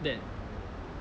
that